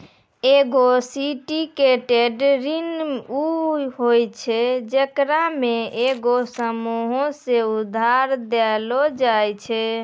एगो सिंडिकेटेड ऋण उ होय छै जेकरा मे एगो समूहो के उधार देलो जाय छै